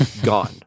gone